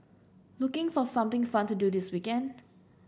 looking for something fun to do this weekend